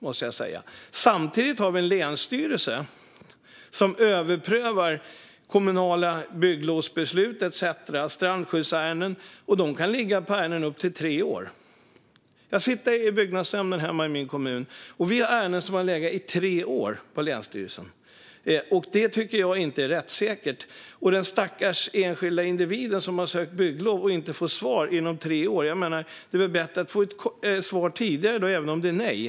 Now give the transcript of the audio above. Vi har samtidigt länsstyrelser som överprövar kommunala bygglovsbeslut, strandskyddsärenden etcetera. De kan ligga på ärenden i upp till tre år. Jag sitter i byggnadsnämnden hemma i min kommun, och vi har ärenden som har legat hos länsstyrelsen i tre år. Jag tycker inte att det är rättssäkert. För den stackars enskilda individen som har sökt bygglov och inte har fått svar inom tre år hade det varit bättre att få ett svar tidigare även om det blev nej.